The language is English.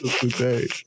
today